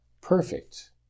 perfect